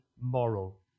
moral